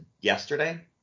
yesterday